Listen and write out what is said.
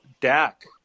Dak